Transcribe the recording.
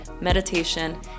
meditation